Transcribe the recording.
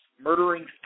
murdering